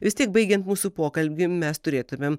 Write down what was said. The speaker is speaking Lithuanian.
vis tiek baigiant mūsų pokalbį mes turėtumėm